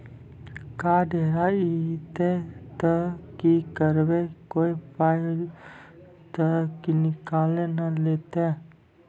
Card हेरा जइतै तऽ की करवै, कोय पाय तऽ निकालि नै लेतै?